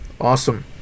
Awesome